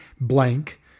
blank